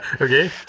Okay